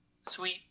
sweet